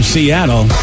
Seattle